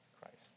Christ